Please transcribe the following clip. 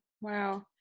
Wow